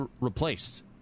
replaced